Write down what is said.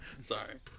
Sorry